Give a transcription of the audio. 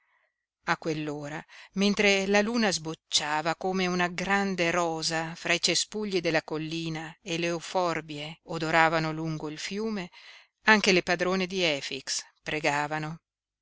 a quell'ora mentre la luna sbocciava come una grande rosa fra i cespugli della collina e le euforbie odoravano lungo il fiume anche le padrone di efix pregavano